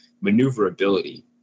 maneuverability